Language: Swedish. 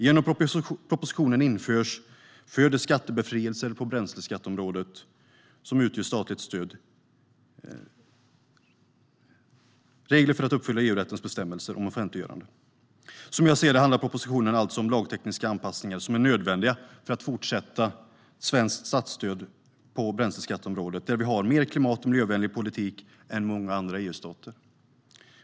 Genom propositionen införs regler för att uppfylla EU-rättens bestämmelser om offentliggörande för skattebefrielser på bränsleskatteområdet som utgör statligt stöd. Som jag ser det handlar propositionen alltså om lagtekniska anpassningar som är nödvändiga för fortsatt svenskt statsstöd på bränsleskatteområdet. Vi har mer klimat och miljövänlig politik än många andra EU-stater på det området.